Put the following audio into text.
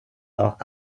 auch